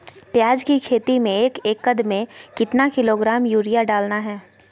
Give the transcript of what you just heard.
प्याज की खेती में एक एकद में कितना किलोग्राम यूरिया डालना है?